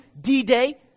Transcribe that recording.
D-Day